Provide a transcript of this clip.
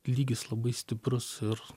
lygis labai stiprus ir